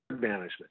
management